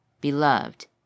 Beloved